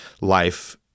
life